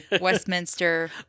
Westminster